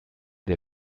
der